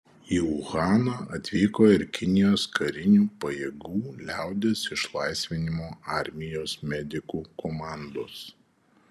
į uhaną atvyko ir kinijos karinių pajėgų liaudies išlaisvinimo armijos medikų komandos